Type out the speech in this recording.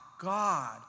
God